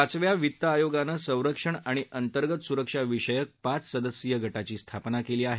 पाचव्या वित्त आयोगानं संरक्षण आणि अंतर्गत सुरक्षा विषयक पाच सदस्यीय गटाची स्थापना केली आहे